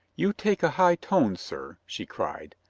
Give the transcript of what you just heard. you take a high tone, sir! she cried.